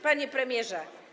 Panie Premierze!